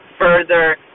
further